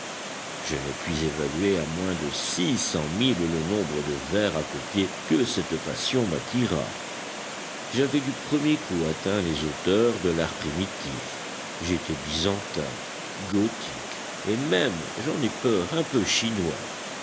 je ne puis évaluer à moins de six cent mille le nombre de vers à copier que cette passion m'attira j'avais du premier coup atteint les hauteurs de l'art primitif j'étais byzantin gothique et même j'en ai peur un peu chinois